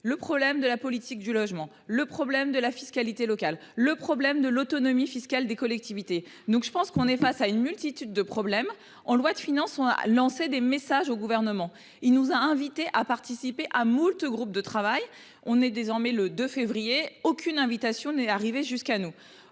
le problème de la politique du logement, le problème de la fiscalité locale. Le problème de l'autonomie fiscale des collectivités. Donc je pense qu'on est face à une multitude de problèmes en loi de finances, on a lancé des messages au gouvernement. Il nous a invités à participer à moultes groupe de travail on est désormais le 2 février, aucune invitation n'est arrivée jusqu'à nous